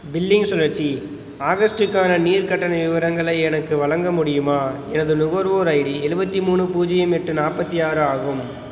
billing சுழற்சி ஆகஸ்ட்டுக்கான நீர் கட்டண விவரங்களை எனக்கு வழங்க முடியுமா எனது நுகர்வோர் ஐடி எழுவத்தி மூணு பூஜ்ஜியம் எட்டு நாற்பத்தி ஆறு ஆகும்